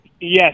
Yes